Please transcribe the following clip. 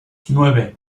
nueve